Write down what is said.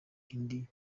indi